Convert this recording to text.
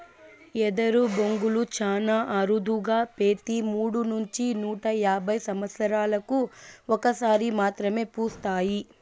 ఎదరు బొంగులు చానా అరుదుగా పెతి మూడు నుంచి నూట యాభై సమత్సరాలకు ఒక సారి మాత్రమే పూస్తాయి